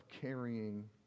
carrying